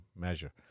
measure